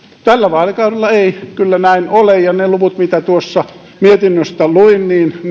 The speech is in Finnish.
tällä vaalikaudella ei kyllä näin ole ja ne luvut mitä tuosta mietinnöstä luin